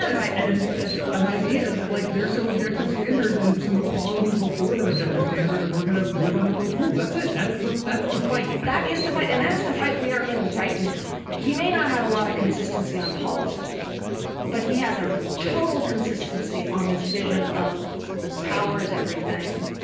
and an idea that like there's some so objective standard and some equality before that objective standard and we're going to live under those rules, that's it. that's the that's the fight. that is the fight. and that is the fight we are in right now. he may not have a lot of consistency on policy but he has a total consistency on this vision of power is everything,